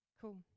Cool